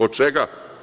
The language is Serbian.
Od čega?